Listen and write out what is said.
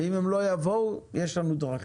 אם הם לא יבואו, יש לנו דרכים.